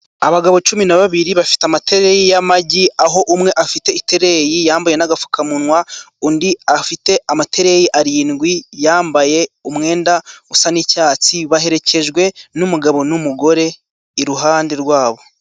Abagabo cumi na babiri bafite amatereyi y'amagi, aho umwe afite itereyi yambaye n'agapfukamunwa, undi afite amatereyi arindwi yambaye umwenda usa n'icyatsi, baherekejwe n'umugabo n'umugore iruhande rwabo.